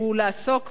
להציג אותו.